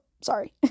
sorry